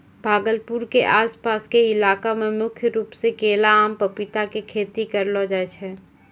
भागलपुर के आस पास के इलाका मॅ मुख्य रूप सॅ केला, आम, पपीता के खेती करलो जाय छै